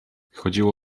chodziło